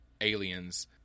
aliens